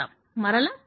మరలా కలుద్దాం